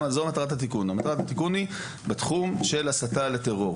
מטרת התיקון היא בתחום של הסתה לטרור.